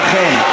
אכן.